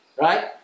right